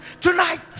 tonight